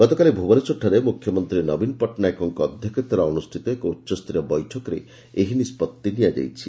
ଗତକାଲି ଭୁବନେଶ୍ୱରଠାରେ ମୁଖ୍ୟମନ୍ତୀ ନବୀନ ପଟ୍ଟନାୟକଙ୍କ ଅଧ୍ଧକ୍ଷତାରେ ଅନୁଷିତ ଏକ ଉଚ୍ଚସ୍ତରୀୟ ବୈଠକରେ ଏହି ନିଷ୍ବଭି ନିଆଯାଇଛି